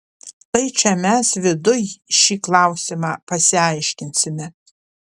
tai čia mes viduj šį klausimą pasiaiškinsime